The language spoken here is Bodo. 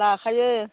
लाखायो